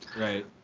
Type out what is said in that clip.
right